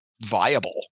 viable